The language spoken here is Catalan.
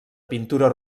pintura